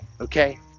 okay